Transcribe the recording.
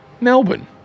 Melbourne